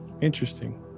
Interesting